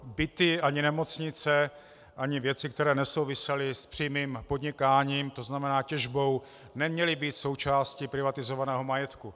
Byty, ani nemocnice, ani věci, které nesouvisely s přímým podnikáním, tzn. těžbou, neměly být součástí privatizovaného majetku.